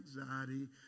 anxiety